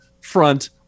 front